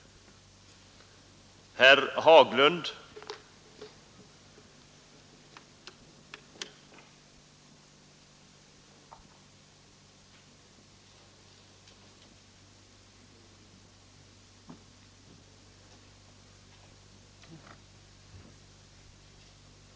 I denna brukar dock stå, att herr Werner är en